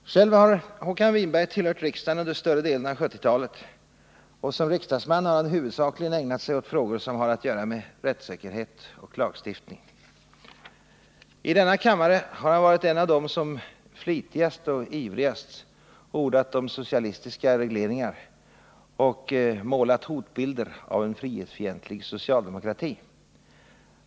Håkan Winberg har tillhört riksdagen under större delen av 1970-talet, och som riksdagsman har han huvudsakligen ägnat sig åt frågor som har att göra med rättssäkerhet och lagstiftning. I denna kammare har han varit en av dem som flitigast och ivrigast ordat om socialistiska regleringar och målat hotbilder av en frihetsfientlig socialdemokrati.